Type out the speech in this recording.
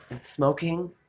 smoking